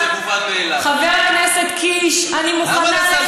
אבל חיים, אני אומרת, אני מוכנה,